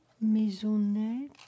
maisonnette